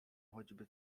choćby